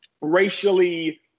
racially